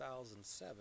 2007